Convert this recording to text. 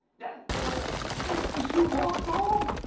of course she walked home!